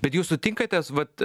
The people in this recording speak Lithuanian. bet jūs sutinkate vat